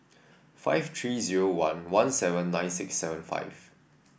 five three zero one one seven nine six seven five